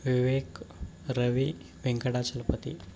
ವಿವೇಕ್ ರವಿ ವೆಂಕಟಾಚಲ್ ಪತಿ